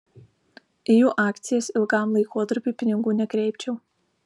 į jų akcijas ilgam laikotarpiui pinigų nekreipčiau